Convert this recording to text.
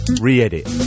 re-edit